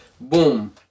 boom